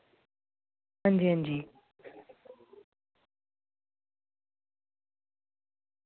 हां जी हां जी